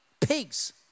pigs